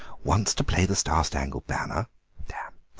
once to play the star-spangled banner then